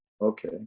okay